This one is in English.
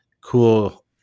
cool